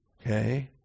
Okay